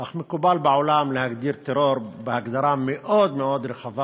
אך מקובל בעולם להגדיר טרור בהגדרה מאוד מאוד רחבה: